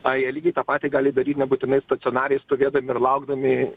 a jie lygiai tą patį gali daryt nebūtinai stacionariai stovėdami ir laukdami